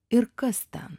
ir kas ten